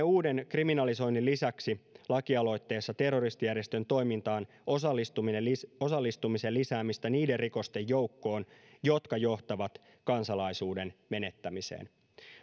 uuden kriminalisoinnin lisäksi esitämme lakialoitteessa terroristijärjestön toimintaan osallistumisen lisäämistä niiden rikosten joukkoon jotka johtavat kansalaisuuden menettämiseen